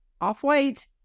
off-white